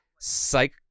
psych